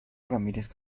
ramírez